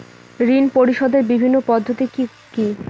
ঋণ পরিশোধের বিভিন্ন পদ্ধতি কি কি?